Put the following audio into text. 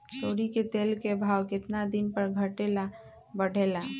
तोरी के तेल के भाव केतना दिन पर घटे ला बढ़े ला?